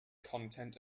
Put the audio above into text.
content